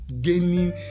gaining